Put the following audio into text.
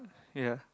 ya